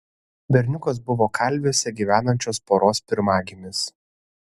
berniukas buvo kalviuose gyvenančios poros pirmagimis